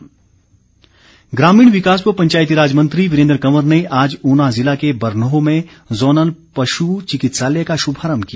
वीरेन्द्र कंवर ग्रामीण विकास व पंचायती राज मंत्री वीरेन्द्र कंवर ने आज ऊना ज़िला के बरनोह में ज़ोनल पशु चिकित्सालय का श्भारम्भ किया